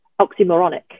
oxymoronic